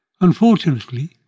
Unfortunately